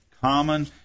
common